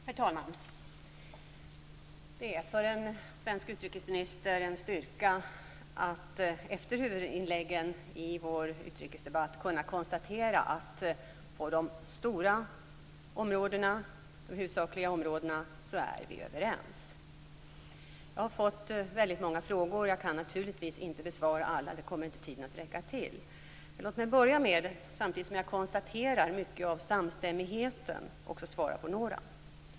Herr talman! Det är en styrka för en svensk utrikesminister att efter huvudinläggen i vår utrikesdebatt kunna konstatera att vi på de stora områdena, de huvudsakliga områdena, är överens. Jag har fått väldigt många frågor. Jag kan naturligtvis inte besvara alla. Det kommer inte tiden att räcka till. Men låt mig, samtidigt som jag konstaterar mycket av denna samstämmighet, börja med att svara på några.